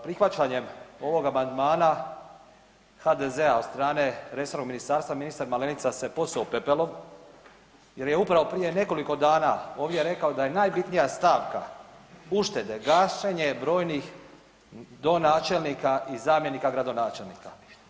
Prihvaćanjem ovog amandmana HDZ-a od strane resornog ministarstva, ministar Malenica se posuo pepelom jer je upravo prije nekoliko dana ovdje rekao da je najbitnija stavka uštede gašenje brojnih donačelnika i zamjenika gradonačelnika.